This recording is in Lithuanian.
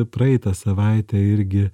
praeitą savaitę irgi